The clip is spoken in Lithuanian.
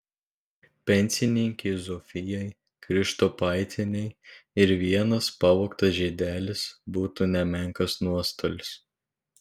pensininkei zofijai krištopaitienei ir vienas pavogtas žiedelis būtų nemenkas nuostolis